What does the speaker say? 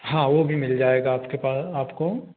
हाँ वह भी मिल जाएगा आपके पा आपको